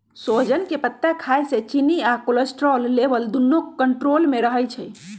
सोजन के पत्ता खाए से चिन्नी आ कोलेस्ट्रोल लेवल दुन्नो कन्ट्रोल मे रहई छई